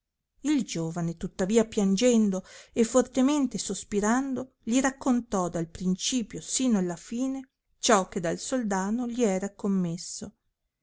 il giovane tuttavia piangendo e fortemente sospirando li raccontò dal principio sino alla fine ciò che dal soldano gli era commesso